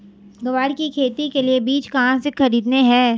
ग्वार की खेती के लिए बीज कहाँ से खरीदने हैं?